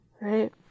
right